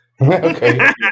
Okay